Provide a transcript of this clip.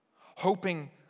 hoping